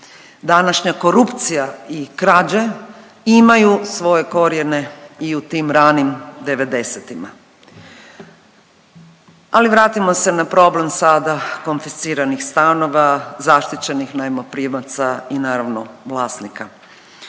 današnja korupcija i krađe imaju svoje korijene i u tim ranim devedesetima. Ali vratimo se na problem sada konfisciranih stanova, zaštićenih najmoprimaca i naravno vlasnika.